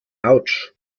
autsch